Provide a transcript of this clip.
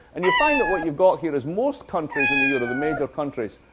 and you'll find that what you've got here is most countries in the euro, the major countries,